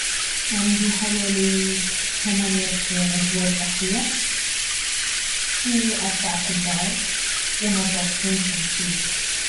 عندي حوالي ثمانية ازواج احذية واربع قبعات ونظارتين شمسية